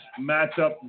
matchup